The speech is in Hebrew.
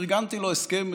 פרגנתי לו: הסכם מצוין.